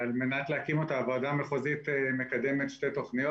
הוועדה המחוזית מקדמת שתי תוכניות.